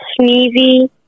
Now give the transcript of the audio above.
sneezy